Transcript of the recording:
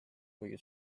kuigi